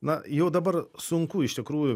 na jau dabar sunku iš tikrųjų